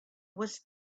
was